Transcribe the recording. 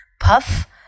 Puff